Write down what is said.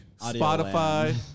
Spotify